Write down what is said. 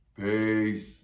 Peace